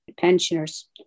Pensioners